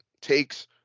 takes